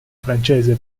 francese